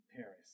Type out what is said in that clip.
Paris